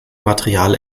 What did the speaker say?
material